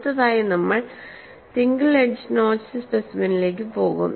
അടുത്തതായി നമ്മൾ single edge notched സ്പെസിമെനിലേക്ക് പോകും